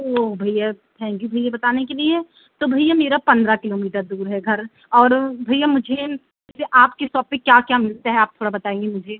वो भैया thank you भैया बताने के लिए तो भैया मेरा पन्द्रह किलोमीटर दूर है घर और भैया मुझे आपकी सॉप पर क्या क्या मिलता है आप थोड़ा बताइए मुझे